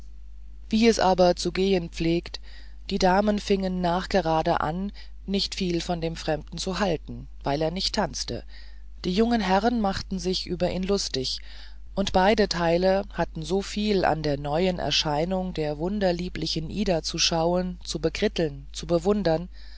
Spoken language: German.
wie es aber zu gehen pflegt die damen fingen nachgerade an nicht viel von dem fremden zu halten weil er nicht tanzte die jungen herren machten sich über ihn lustig und beide teile hatten so viel an der neuen erscheinung der wunderlieblichen ida zu schauen zu bekritteln zu bewundern